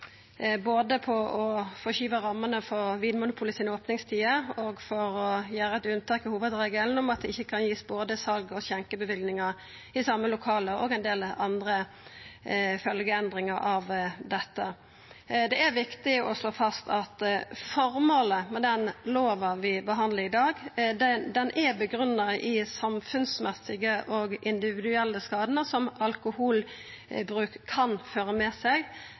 både for å forskyva rammene for opningstidene til Vinmonopolet og for å gjera eit unntak frå hovudregelen om at det ikkje kan gjevast både sals- og skjenkebevillingar i same lokale, og ein del andre følgjeendringar av dette. Det er viktig å slå fast at formålet med den lova vi behandlar i dag, er grunngjeve i dei samfunnsmessige og individuelle skadane som alkoholbruk kan føra med seg,